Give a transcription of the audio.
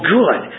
good